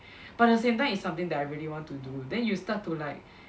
but at the same time it's something that I really want to do then you start to like